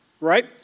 right